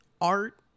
art